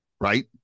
Right